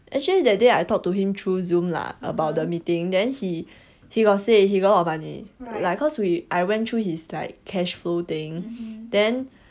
actually that day I talk to him through zoom lah about the meeting then he he got say he got a lot of money lah cause we I went through his like cash flow thing then